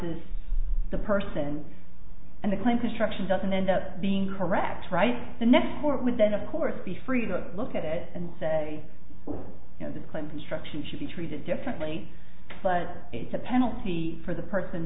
s the person and the claim construction doesn't end up being correct right the next court would then of course be free to look at it and say oh you know the clinton struction should be treated differently but it's a penalty for the person